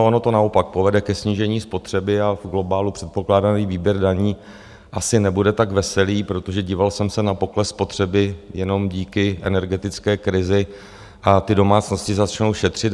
Ono to naopak povede ke snížení spotřeby a v globálu předpokládaný výběr daní asi nebude tak veselý, protože díval jsem se na pokles spotřeby jenom díky energetické krizi a domácnosti začnou šetřit.